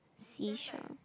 seashore